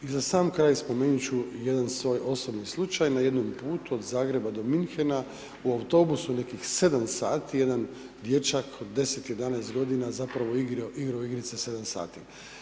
I za sam kraj spomenut ću jedan svoj osobni slučaj, na jednom putu od Zagreba do Münchena u autobusu nekih 7 sati jedan dječak od 10, 11 godina zapravo igrao igrice 7 sati.